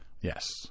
yes